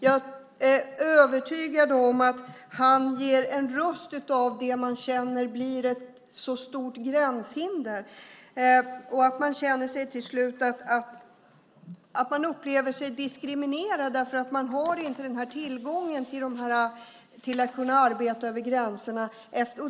Jag är övertygad om att han ger en röst åt det man känner blir ett så stort gränshinder. Till slut upplever man sig diskriminerad därför att man inte har möjlighet att arbeta över gränserna.